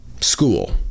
school